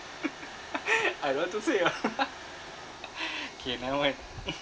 I don't want to say ah K never mind